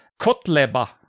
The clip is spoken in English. Kotleba